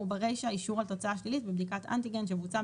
ברישה אישור על תוצאה שלילית בבדיקת אנטיגן שבוצעה